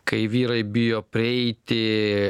kai vyrai bijo prieiti